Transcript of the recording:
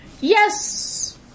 Yes